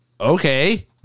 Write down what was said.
okay